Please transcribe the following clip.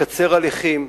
לקצר הליכים,